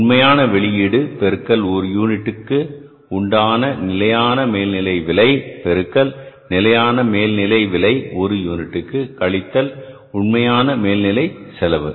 உண்மையான வெளியீடு பெருக்கல் ஒரு யூனிட்டுக்கு உண்டான நிலையான மேல்நிலை விலை பெருக்கல் நிலையான மேல்நிலை விலை ஒரு யூனிட்டிற்கு கழித்தல் உண்மையான மேல் நிலை செலவு